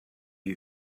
you